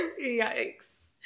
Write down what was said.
Yikes